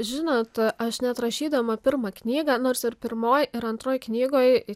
žinot aš net rašydama pirmą knygą nors ir pirmoj ir antroj knygoj